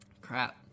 crap